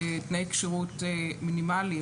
תנאי כשירות מינימליים,